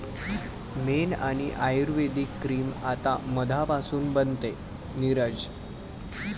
मेण आणि आयुर्वेदिक क्रीम आता मधापासून बनते, नीरज